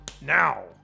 now